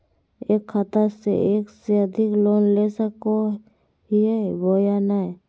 एक खाता से एक से अधिक लोन ले सको हियय बोया नय?